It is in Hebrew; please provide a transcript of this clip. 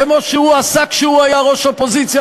כמו שהוא עשה כשהוא היה ראש אופוזיציה,